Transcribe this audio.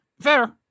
Fair